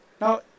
Now